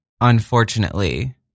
unfortunately